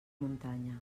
muntanya